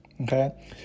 okay